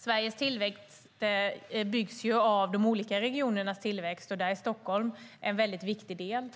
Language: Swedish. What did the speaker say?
Sveriges tillväxt byggs av de olika regionernas tillväxt, och där är Stockholm en väldigt viktig del.